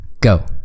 Go